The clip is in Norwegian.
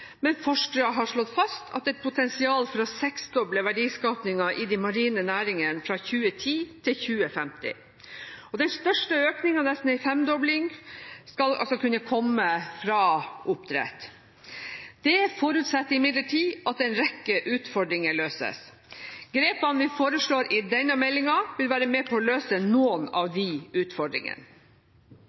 men forskere har slått fast at det er et potensial for å seksdoble verdiskapingen i de marine næringene fra 2010 til 2050. Den største økningen – nesten en femdobling – skal altså kunne komme fra oppdrett. Dette forutsetter imidlertid at en rekke utfordringer løses. Grepene vi foreslår i denne meldingen, vil være med på å løse noen av disse utfordringene.